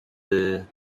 the